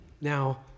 now